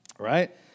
Right